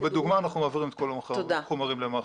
לא, בדוגמה, אנחנו מעבירים את כל החומרים למח"ש.